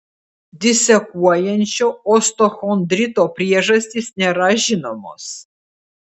disekuojančio osteochondrito priežastys nėra žinomos